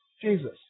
Jesus